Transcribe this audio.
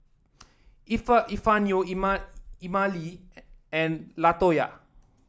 Epifanio Emmalee and Latoya